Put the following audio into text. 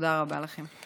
תודה רבה לכם.